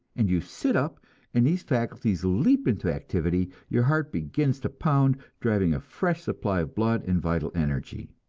and you sit up and these faculties leap into activity, your heart begins to pound, driving a fresh supply of blood and vital energy.